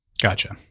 gotcha